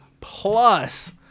plus